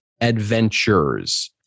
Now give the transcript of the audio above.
Adventures